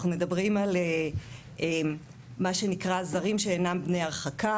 אנחנו מדברים על מה שנקרא זרים שאינם בני הרחקה.